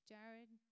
Jared